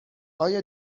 آیا